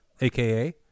aka